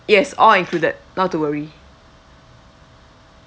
yes all included not to worry